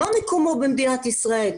מה מקומו במדינת ישראל?